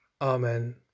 Amen